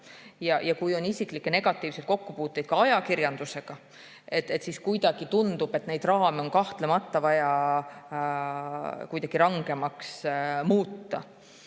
on olnud isiklikke negatiivseid kokkupuuteid ajakirjandusega, siis tundub, et neid raame on kahtlemata vaja kuidagi rangemaks muuta.